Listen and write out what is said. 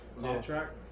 contract